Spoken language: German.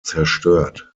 zerstört